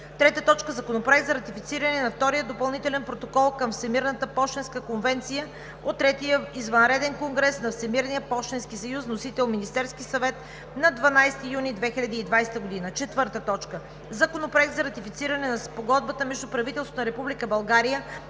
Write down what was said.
2020 г. 3. Законопроект за ратифициране на Втория допълнителен протокол към Всемирната пощенска конвенция от третия извънреден конгрес на Всемирния пощенски съюз. Вносител – Министерският съвет, 12 юни 2020 г. 4. Законопроект за ратифициране на Спогодбата между правителството на Република България